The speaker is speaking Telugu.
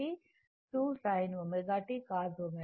కాబట్టి sin 2ωt అవుతుంది